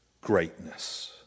greatness